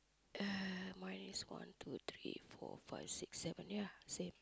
uh mine is one two three four five six seven ya same